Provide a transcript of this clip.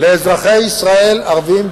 לאזרחי ישראל ערבים,